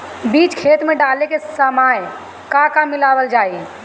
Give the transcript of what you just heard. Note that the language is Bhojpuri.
बीज खेत मे डाले के सामय का का मिलावल जाई?